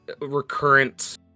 recurrent